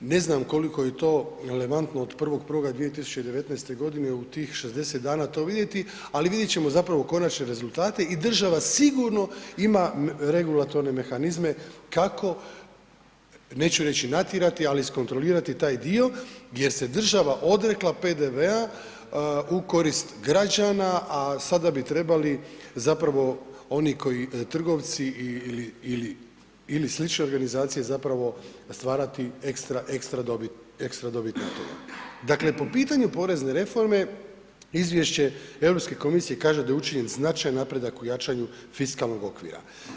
Ne znam koliko je to relevantno od 1.1.2019.g. u tih 60 dana to vidjeti, ali vidjet ćemo zapravo konačne rezultate i država sigurno ima regulatorne mehanizme kako, neću reći natjerati, ali iskontrolirati taj dio, gdje se država odrekla PDV-a u korist građana, a sada bi trebali zapravo oni koji trgovci ili slične organizacije zapravo stvarati ekstra dobit… [[Govornik se ne razumije]] Dakle, po pitanju porezne reforme izvješće Europske komisije kaže da je učinjen značajan napredak u jačanju fiskalnog okvira.